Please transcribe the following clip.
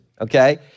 okay